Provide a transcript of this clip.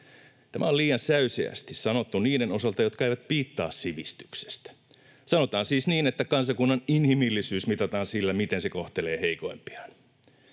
Tämä on liian säyseästi sanottu niiden osalta, jotka eivät piittaa sivistyksestä. Sanotaan siis niin, että kansakunnan inhimillisyys mitataan sillä, miten se kohtelee heikoimpiaan.